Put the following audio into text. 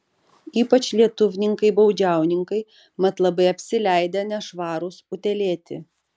ypač lietuvninkai baudžiauninkai mat labai apsileidę nešvarūs utėlėti